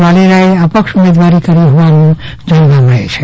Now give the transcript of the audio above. વાલોરાએ અપક્ષ ઉમેદવારી કરી હોવાનું જાણવા મળે છે